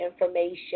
information